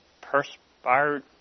perspired